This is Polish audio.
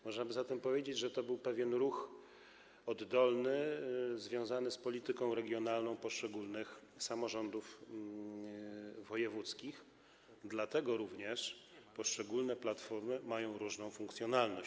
Można by zatem powiedzieć, że to był pewien ruch oddolny związany z polityką regionalną poszczególnych samorządów wojewódzkich, dlatego też poszczególne platformy mają różną funkcjonalność.